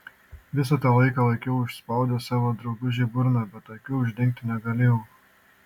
visą tą laiką laikiau užspaudęs savo draugužei burną bet akių uždengti negalėjau